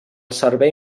servei